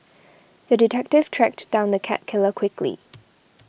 the detective tracked down the cat killer quickly